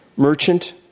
Merchant